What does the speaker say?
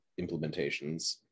implementations